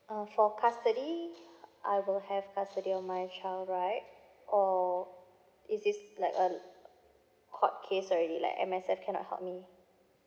uh for custody I will have custody of my child right or is this like a court case already like M_S_F kind of